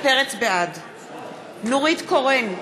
בעד נורית קורן,